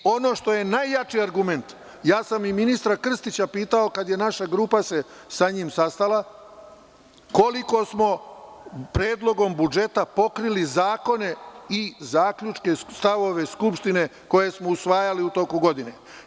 Ono što je najjači argument, ja sam i ministra Krstića pitao kada se naša grupa sa njim sastala - koliko smo predlogom budžeta pokrili zakone i zaključke, stavove Skupštine koje smo usvajali u toku godine?